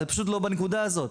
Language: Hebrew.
פשוט לא בנקודה הזאת.